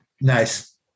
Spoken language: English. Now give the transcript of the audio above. nice